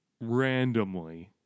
randomly